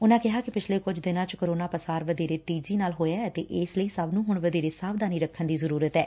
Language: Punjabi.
ਉਨਾਂ ਨੇ ਕਿਹਾ ਕਿ ਪਿੱਛਲੇ ਕੁਝ ਦਿਨਾਂ ਵਿਚ ਕੋਰੋਨਾ ਪਸਾਰ ਵਧੇਰੇ ਤੇਜੀ ਨਾਲ ਹੋਇਆ ਏ ਅਤੇ ਇਸ ਲਈ ਸਭ ਨੂੰ ਹੁਣ ਵਧੇਰੇ ਸਾਵਧਾਨੀ ਰੱਖਣ ਦੀ ਜ਼ਰੂਰਤ ਏ